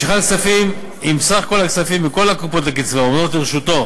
משיכת כספים אם סך כל הכספים בכל הקופות לקצבה העומדים לרשותו